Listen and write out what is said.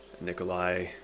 Nikolai